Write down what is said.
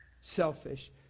selfish